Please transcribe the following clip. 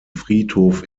friedhof